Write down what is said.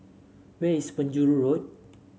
where is Penjuru Road